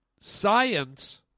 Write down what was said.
Science